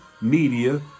media